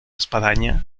espadaña